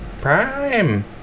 Prime